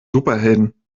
superhelden